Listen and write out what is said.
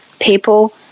people